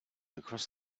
across